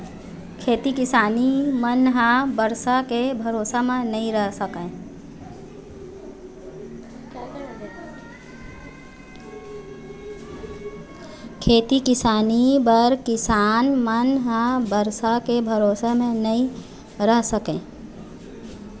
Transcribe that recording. खेती किसानी बर किसान मन ह बरसा के भरोसा म नइ रह सकय